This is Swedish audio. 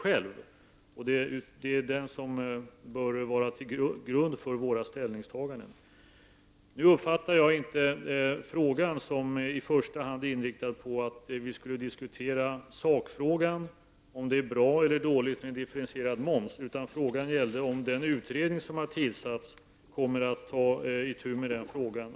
Det är den som bör ligga till grund för våra ställningstaganden. Jag uppfattade det inte på så sätt att vi i första hand skulle diskutera sakfrågan, alltså om det är bra eller dåligt med differentierad moms. Frågan gällde om den utredning som har tillsatts kommer att ta itu med saken.